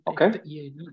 Okay